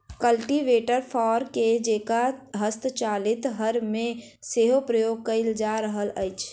cultivator फार के जेंका हस्तचालित हर मे सेहो प्रयोग कयल जा रहल अछि